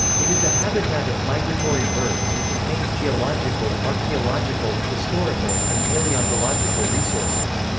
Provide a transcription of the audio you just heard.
it is a habitat of migratory birds and contains geological, archeological, historical, and paleontological resources.